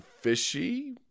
fishy